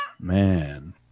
Man